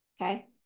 okay